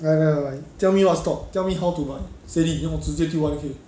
ya ya like tell me what stock tell me how to 买 steady then 我直接丢 one K